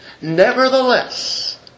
Nevertheless